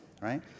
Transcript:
right